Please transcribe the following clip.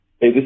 Hey